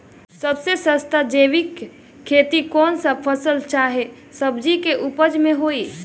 सबसे सस्ता जैविक खेती कौन सा फसल चाहे सब्जी के उपज मे होई?